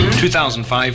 2005